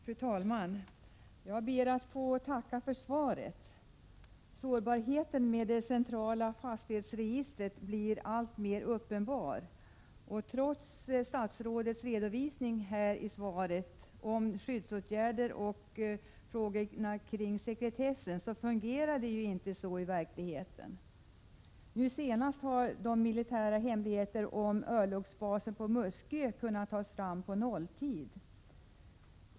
Fru talman! Jag ber att få tacka för svaret på min fråga. Det centrala fastighetsregistrets sårbarhet blir alltmer uppenbar. Statsrådet har visserligen i sitt svar redovisat att skyddsåtgärder och sekretessbestämmelser finns, men i verkligheten fungerar dessa inte särskilt väl. Nu senast har man på nolltid kunnat ta fram uppgifter om militära hemligheter beträffande örlogsbasen på Muskö.